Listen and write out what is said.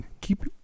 keep